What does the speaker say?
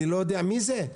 אני לא יודע מי זה.